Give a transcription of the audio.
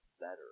better